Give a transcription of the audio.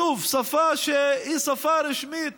שוב, שפה שהיא שפה רשמית